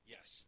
Yes